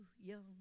young